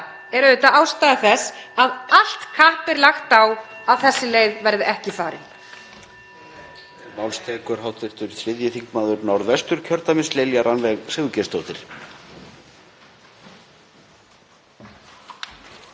er auðvitað ástæða þess að allt kapp er lagt á að þessi leið verði ekki farin.